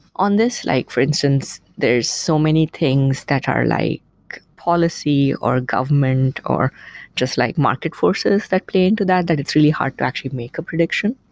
on this, like for instance, there're so many things that are like policy or government of just like market forces that play into that that it's really hard to actually make a prediction.